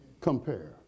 Compare